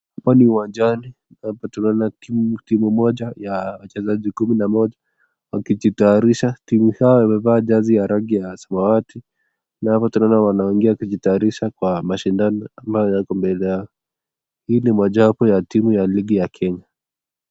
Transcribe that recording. Hapa ni uwanjani ambapo tunaona timu moja ya wachezaji kumi na moja wakiji tayarisha . Timu yao wamevaa jesi ya rangi ya samawati na hapa tunaona wanaongea kujitayarisha kwa mashindano ambayo yako mbele yao, hii ni mojawapo ya timu ya Kenya.